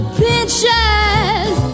pinches